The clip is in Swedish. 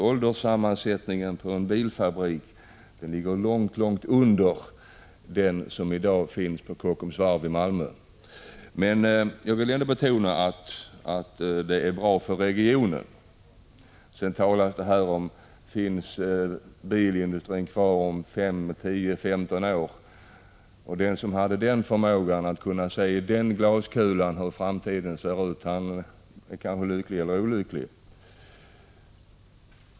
Ålderssammansättningen på en bilfabrik ligger nämligen mycket långt under den som i dag finns på Kockums varv i Malmö. Jag vill ändå betona att en bilfabrik i Malmö skulle vara bra för regionen. Man frågar här om bilindustrin kommer att finnas kvar om fem tio femton år. Den som har förmågan att se i glaskulan hur framtiden blir kan vara lycklig eller olycklig.